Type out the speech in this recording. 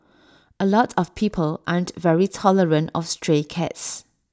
A lot of people aren't very tolerant of stray cats